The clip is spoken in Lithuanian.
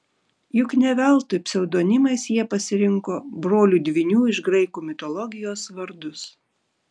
juk ne veltui pseudonimais jie pasirinko brolių dvynių iš graikų mitologijos vardus